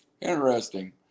Interesting